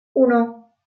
uno